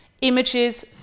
images